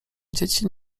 dzieci